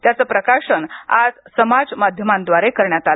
त्याचं प्रकाशन आज समाज मध्यामांद्वारे करण्यात आलं